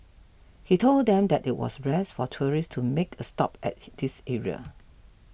he told them that it was rare for tourists to make a stop at this area